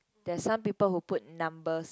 that's some people who put number